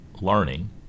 learning